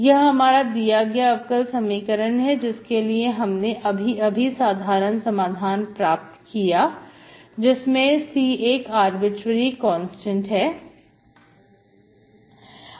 यह हमारा दिया गया अवकल समीकरण है जिसके लिए हमने अभी अभी साधारण समाधान प्राप्त किया जिसमें C एक आर्बिट्रेरी कांस्टेंट है